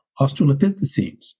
australopithecines